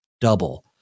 double